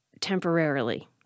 temporarily